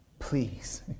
Please